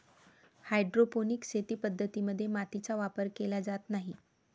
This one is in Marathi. हायड्रोपोनिक शेती पद्धतीं मध्ये मातीचा वापर केला जात नाही